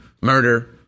murder